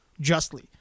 Justly